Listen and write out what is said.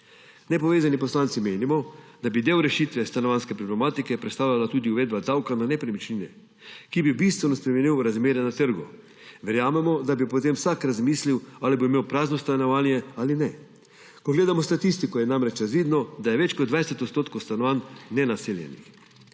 Nepovezani poslanci menimo, da bi del rešitve stanovanjske problematike predstavljala tudi uvedba davka na nepremičnine, ki bi bistveno spremenil razmere na trgu. Verjamemo, da bi potem vsak razmislil, ali bo imel prazno stanovanje ali ne. Ko gledamo statistiko, je namreč razvidno, da je več kot 20 % stanovanj nenaseljenih.